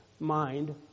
mind